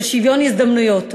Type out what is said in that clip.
של שוויון הזדמנויות.